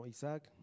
Isaac